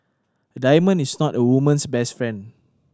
a diamond is not a woman's best friend